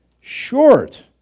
Short